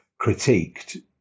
critiqued